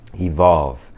evolve